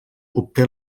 obté